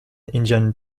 indian